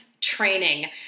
training